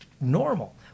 normal